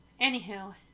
Anywho